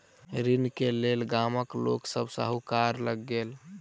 ऋण के लेल गामक लोक सभ साहूकार लग गेल